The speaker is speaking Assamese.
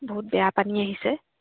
বহুত বেয়া পানী আহিছে